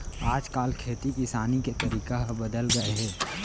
आज काल खेती किसानी के तरीका ह बदल गए हे